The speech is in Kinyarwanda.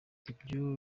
ibyo